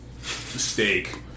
steak